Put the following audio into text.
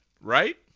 right